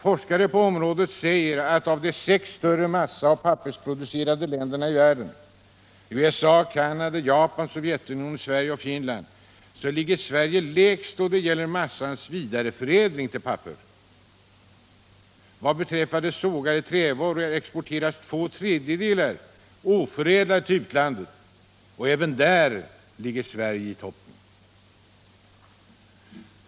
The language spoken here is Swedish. Forskare på området säger att av de sex större massaoch pappersproducerande länderna i världen — USA, Canada, Japan, Sovjetunionen, Sverige och Finland — ligger Sverige lägst då det gäller massans vidareförädling till papper. Vad beträffar sågade trävaror exporteras två tredjedelar oförädlade till utlandet. Även där ligger Sverige i toppen.